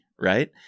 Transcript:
right